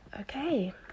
Okay